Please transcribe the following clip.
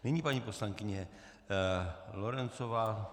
Nyní paní poslankyně Lorencová.